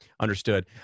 understood